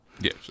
Yes